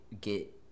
get